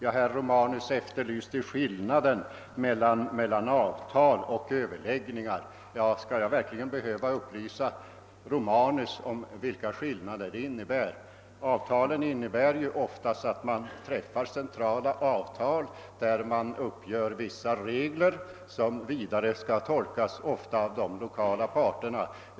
Herr Romanus efterlyste skillnaden mellan avtalsförhandlingar och Ööverläggningar. Skall jag verkligen behöva upplysa herr Romanus om dessa skillnader? Vid avtalsförhandlingar träffas centrala avtal och man uppgör vissa regler som vidare skall tolkas, ofta av de lokala parterna.